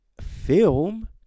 film